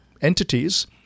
entities